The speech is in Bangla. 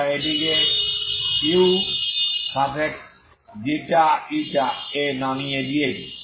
আমরা এটিকে uξη এ নামিয়ে দিয়েছি